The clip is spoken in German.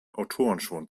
autorenschwund